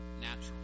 Natural